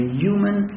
human